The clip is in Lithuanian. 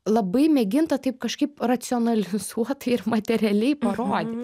labai mėginta taip kažkaip racionalizuotai ir materialiai parodyti